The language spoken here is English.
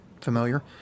familiar